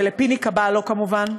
ולפיני קבלו כמובן.